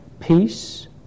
peace